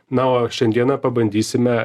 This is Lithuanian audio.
na o šiandieną pabandysime